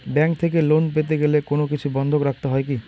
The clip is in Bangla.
ব্যাংক থেকে লোন পেতে গেলে কোনো কিছু বন্ধক রাখতে হয় কি?